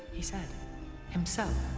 he said himself.